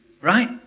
Right